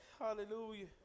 Hallelujah